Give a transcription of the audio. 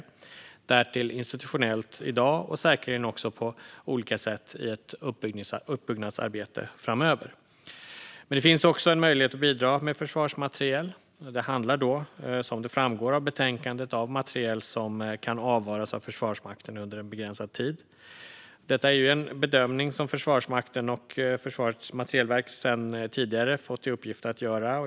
Därtill gäller det ett institutionellt stöd, i dag och säkerligen också på olika sätt i ett uppbyggnadsarbete framöver. Det finns också en möjlighet att bidra med försvarsmateriel. Men det handlar då, som framgår av betänkandet, om materiel som kan avvaras av Försvarsmakten under en begränsad tid. Detta är en bedömning som Försvarsmakten och Försvarets materielverk sedan tidigare har fått i uppgift att göra.